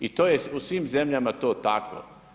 I to je u svim zemljama to tako.